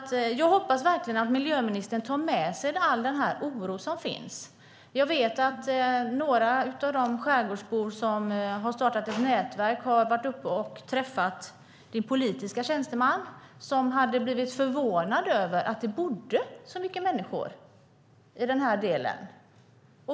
Jag hoppas verkligen att miljöministern tar med sig all den oro som finns. Jag vet att några av de skärgårdsbor som har startat ett nätverk har träffat miljöministerns politiska tjänsteman, som hade blivit förvånad över att det bodde så många människor i området.